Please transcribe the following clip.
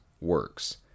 works